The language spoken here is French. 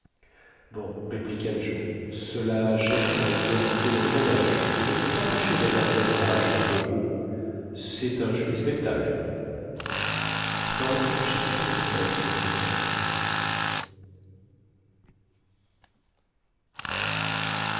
répliqua joe cela jette de la diversité dans le voyage et je ne suis pas fâché d'avoir vu un orage d'un peu haut c'est un joli spectacle chapitre